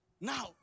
Now